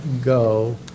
go